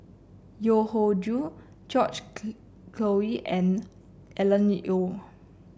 Yeo Hoe Joe George Collyer and Alan Oei